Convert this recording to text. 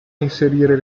inserire